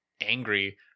angry